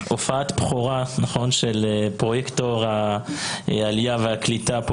הופעת בכורה של פרוייקטור העלייה והקליטה פה